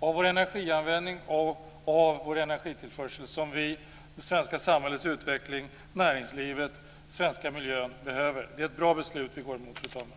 av vår energianvändning och av vår energitillförsel som vi för det svenska samhällets utveckling, för näringslivet skull och för den svenska miljön behöver. Det är ett bra beslut som vi går fram emot, fru talman.